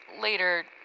Later